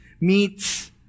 meets